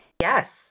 Yes